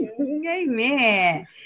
Amen